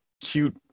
cute